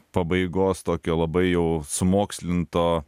pabaigos tokio labai jau sumokslinto